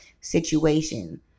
situation